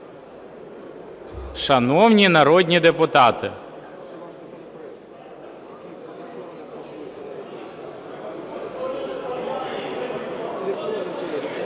Шановні народні депутати,